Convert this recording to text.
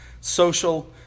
social